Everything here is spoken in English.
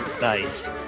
Nice